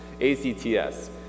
A-C-T-S